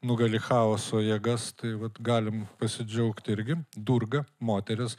nugali chaoso jėgas tai vat galim pasidžiaugti irgi durga moteris